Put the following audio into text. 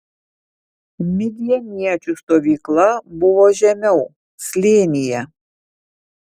midjaniečių stovykla buvo žemiau slėnyje